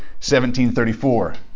1734